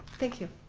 thank you.